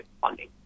funding